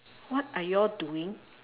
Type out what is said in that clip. what are you all doing